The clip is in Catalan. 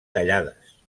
tallades